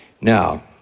Now